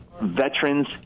veterans